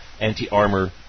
anti-armor